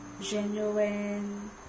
genuine